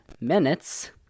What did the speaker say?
minutes